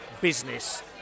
business